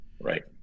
right